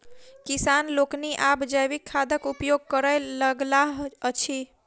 किसान लोकनि आब जैविक खादक उपयोग करय लगलाह अछि